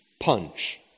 punch